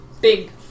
Big